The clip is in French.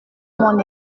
mon